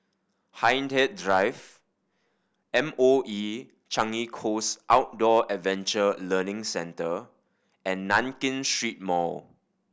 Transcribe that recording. Hindhede Drive M O E Changi Coast Outdoor Adventure Learning Centre and Nankin Street Mall